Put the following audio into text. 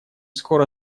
скоро